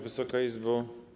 Wysoka Izbo!